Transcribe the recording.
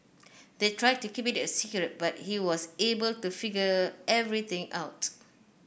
they tried to keep it a secret but he was able to figure everything out